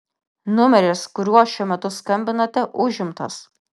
numeris kuriuo šiuo metu skambinate užimtas